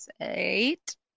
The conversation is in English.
eight